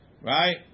Right